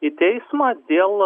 į teismą dėl